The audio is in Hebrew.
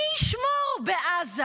מי ישמור בעזה?